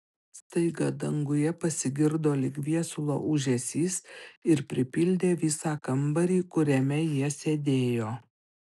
staiga danguje pasigirdo lyg viesulo ūžesys ir pripildė visą kambarį kuriame jie sėdėjo